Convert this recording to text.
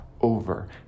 over